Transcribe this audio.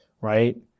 right